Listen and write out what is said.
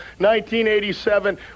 1987